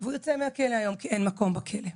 והוא יוצא מהכלא היום כי אין מקום בכלא.